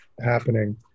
happening